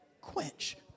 quench